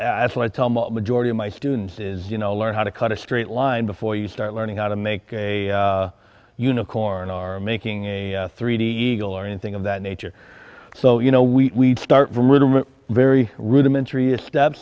tell majority of my students is you know learn how to cut a straight line before you start learning how to make a unicorn are making a three d eagle or anything of that nature so you know we start very rudimentary